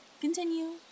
Continue